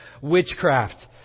witchcraft